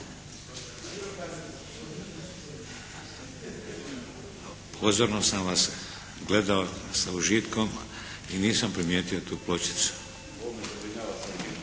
Pozorno sam vas gledao sa užitkom i nisam primijetio tu pločicu. Poštovani zastupnik